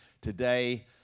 today